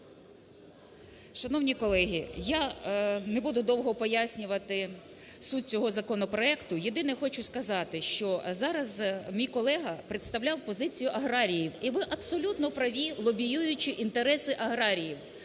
Шановні колеги, я не буду довго пояснювати суть цього законопроекту. Єдине хочу сказати, що зараз мій колега представляв позицію аграріїв, і ви абсолютно праві, лобіюючи інтереси аграріїв.